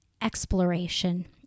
exploration